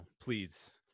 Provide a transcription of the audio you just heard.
please